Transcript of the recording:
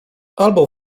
albo